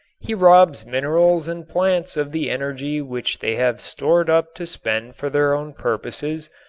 he robs minerals and plants of the energy which they have stored up to spend for their own purposes,